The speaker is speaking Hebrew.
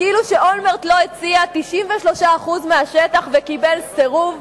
כאילו אולמרט לא הציע 93% מהשטח וקיבל סירוב חד-משמעי,